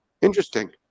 interesting